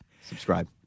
Subscribe